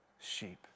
sheep